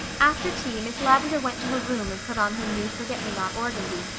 after tea miss lavendar went to her room and put on her new forget-me-not organdy,